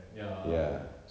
ya